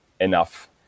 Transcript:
enough